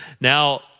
Now